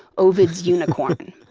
ovid's unicorn.